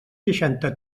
seixanta